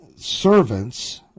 servants